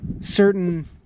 certain